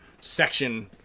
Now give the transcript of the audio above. section